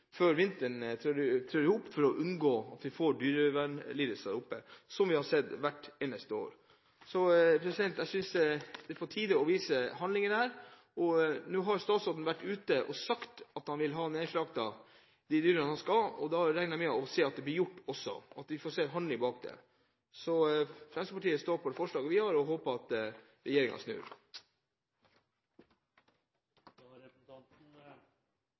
før vinteren setter inn, for å unngå dyrelidelser – som vi har sett hvert eneste år. Jeg synes det er på tide å vise handling. Statsråden har sagt at han vil ha dyrene slaktet, og da regner jeg med å se at det blir gjort – at vi får se handling bak det. Fremskrittspartiet står på det forslaget vi har, og håper at regjeringen snur. Da har representanten